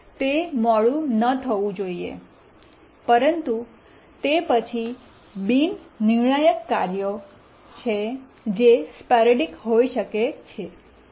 તે મોડું ન થવું જોઈએ પરંતુ તે પછી બિન નિર્ણાયક કાર્યો છે જે સ્પોરૈડિક હોઈ શકે છે